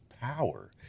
power